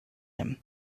him